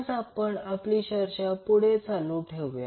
आज आपण आपली चर्चा पुढे चालू ठेवूया